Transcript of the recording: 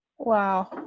Wow